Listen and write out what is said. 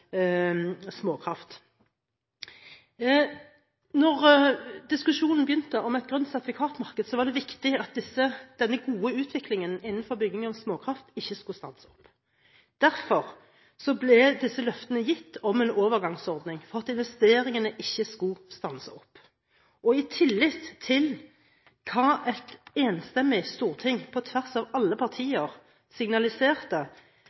småkraft. Da diskusjonen om et grønt sertifikatmarked begynte, var det viktig at denne gode utviklingen innen bygging av småkraftverk ikke skulle stanse opp. Derfor ble disse løftene om en overgangsordning gitt, for at investeringene ikke skulle stanse opp. I tillit til hva et enstemmig storting, på tvers av alle